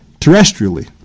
terrestrially